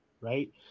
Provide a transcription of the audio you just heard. right